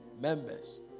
Members